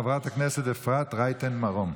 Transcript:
חברת הכנסת אפרת רייטן מרום.